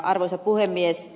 arvoisa puhemies